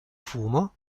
fumo